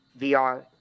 VR